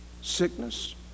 sickness